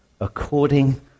according